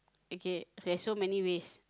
okay there's so many ways